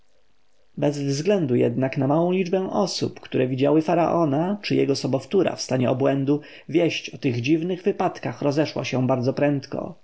bez względu jednak na małą liczbę osób które widziały faraona czy jego sobowtóra w stanie obłędu wieść o tych dziwnych wypadkach rozeszła się bardzo prędko